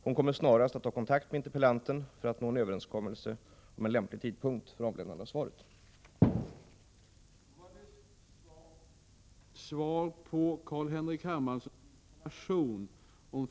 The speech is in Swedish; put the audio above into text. Hon kommer snarast att ta kontakt med interpellanten för att nå en överenskommelse om lämplig tidpunkt för besvarande av interpellationen.